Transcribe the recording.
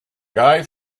guy